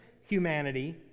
humanity